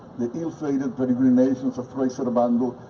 the ill-fated peregrinations of fray sort of and